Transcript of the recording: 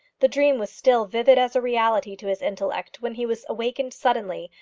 the dream was still vivid as a reality to his intellect when he was awakened suddenly,